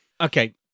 Okay